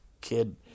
kid